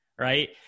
right